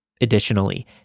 Additionally